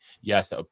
yes